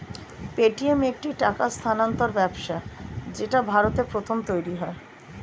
Paytm একটি টাকা স্থানান্তর ব্যবস্থা যেটা ভারতে প্রথম তৈরী হয়